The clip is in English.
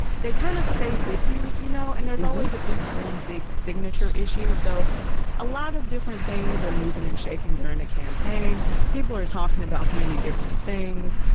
they kind of stay with you, you know, and there's always at least one big signature issue, so a lot of different things are moving and shaking during a campaign. people are talking about many different things.